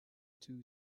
two